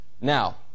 Now